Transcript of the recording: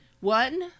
one